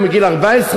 או מגיל 14,